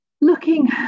Looking